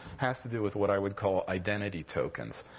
has to do with what i would call identity tokens.